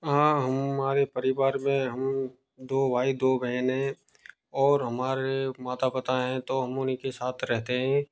हाँ हमारे परिवार में हम दो भाई दो बहन हैं और हमारे माता पिता हैं तो हम उन ही के साथ रहते हैं